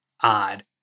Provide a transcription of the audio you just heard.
odd